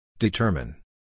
Determine